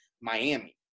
Miami